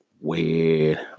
weird